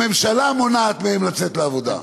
הממשלה מונעת מהם לצאת לעבודה.